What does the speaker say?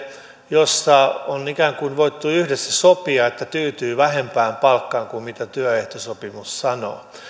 jossa on ikään kuin voitu yhdessä sopia että tyytyy vähempään palkkaan kuin mitä työehtosopimus sanoo